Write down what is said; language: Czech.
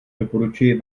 doporučuji